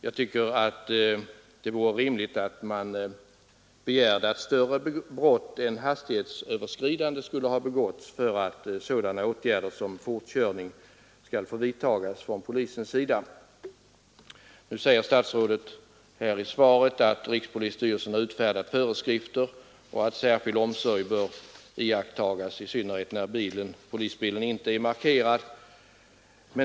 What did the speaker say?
Jag tycker att det vore rimligt att man begärde att grövre brott än hastighetsöverskridande skulle ha begåtts för att sådana åtgärder som fortkörning skall få vidtagas från polisens sida. Nu säger statsrådet här i svaret att rikspolisstyrelsen har utfärdat föreskrifter och att särskild omsorg bör iakttas i synnerhet när polisbilen inte är markerad.